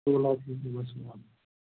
تُل حظ ٹھیٖکٕے گوٚژھُم آ